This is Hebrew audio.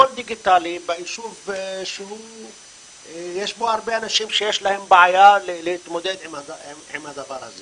הכול דיגיטלי ביישוב שיש בו הרבה אנשים להתמודד עם הדבר הזה